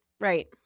right